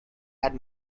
had